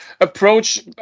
approach